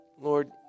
Lord